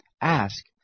Ask